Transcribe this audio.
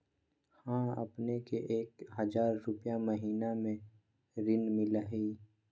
हां अपने के एक हजार रु महीने में ऋण मिलहई?